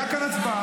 הייתה כאן הצבעה,